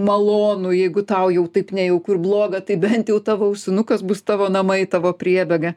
malonu jeigu tau jau taip nejauku ir bloga tai bent jau tavo ausinukas bus tavo namai tavo priebėga